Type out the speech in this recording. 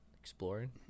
exploring